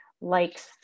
likes